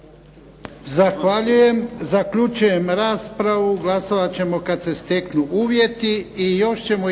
Zahvaljujem. Zaključujem raspravu glasovati ćemo kad se steknu uvjeti